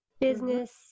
business